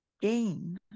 gain